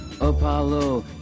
Apollo